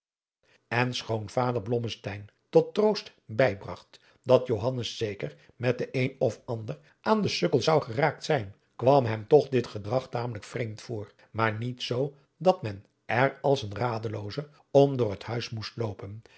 en schoon vader blommesteyn tot troost bijbragt dat johannes zeker met den een of ander aan den sukkel zou geraakt zijn kwam hem toch dit gedrag tamelijk vreemd voor maar niet zoo dat men er als een radelooze om door het huis moest loopen